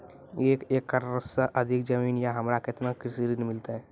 एक एकरऽ से अधिक जमीन या हमरा केतना कृषि ऋण मिलते?